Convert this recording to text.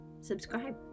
subscribe